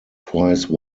twice